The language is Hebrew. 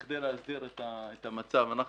כדי להסדיר את המצב,